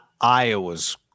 Iowa's